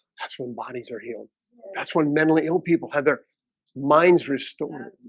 that's when bodies are healed that's when mentally ill people have their minds restored